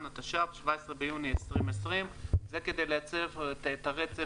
התש"ף (17 ביוני 2020). זה כדי לייצר רצף.